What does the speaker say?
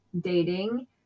dating